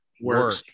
work